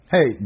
Hey